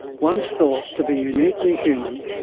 once thought to be uniquely human,